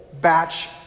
batch